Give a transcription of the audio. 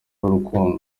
urukundo